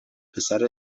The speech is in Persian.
پسر